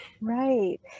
right